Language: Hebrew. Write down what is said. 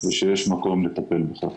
ושיש מקום לטפל בכך.